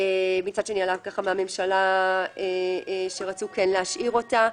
מצד שני עלה מהממשלה שרצו להשאיר אותה.